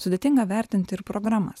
sudėtinga vertinti ir programas